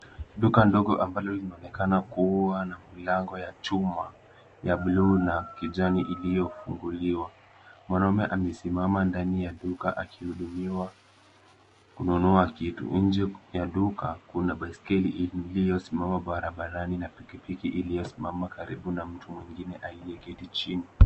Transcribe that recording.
Duka ndogo ambalo linaonekana kuwa na milango ya chuma ya buluu na kijani iliyo funguliwa. Mwanaume amesimama ndani ya duka akihudumiwa kununua kitu. Nje ya duka kuna baiskeli iliyo simama barabarani na pikipiki iliyo simama karibu na mtu mwingine aliyeketi chini.